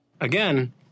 Again